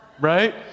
Right